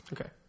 Okay